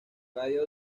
radio